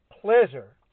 pleasure